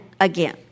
again